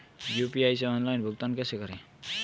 UPI से online भुगतान कैसे करें?